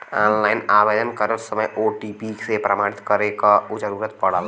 online आवेदन करत समय ओ.टी.पी से प्रमाणित करे क जरुरत पड़ला